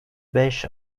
beş